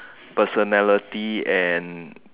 personality and